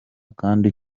kandi